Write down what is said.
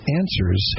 answers